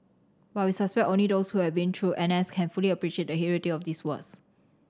but we suspect only those who have been through N S can fully appreciate the hilarity of these words